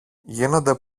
γίνονται